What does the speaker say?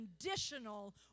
conditional